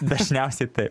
dažniausiai taip